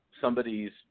somebody's